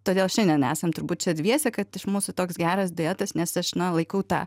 todėl šiandien esam turbūt čia dviese kad iš mūsų toks geras duetas nes aš na laikau tą